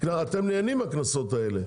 אתם נהנים מהקנסות האלה,